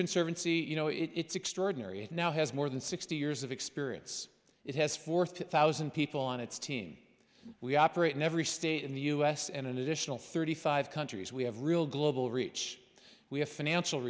conservancy you know it's extraordinary it now has more than sixty years of experience it has four thousand people on its team we operate in every state in the u s and an additional thirty five countries we have real global reach we have financial